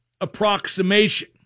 approximation